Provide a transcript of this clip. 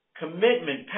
commitment